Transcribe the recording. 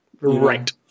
right